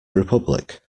republic